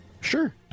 Sure